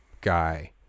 guy